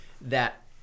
that-